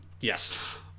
Yes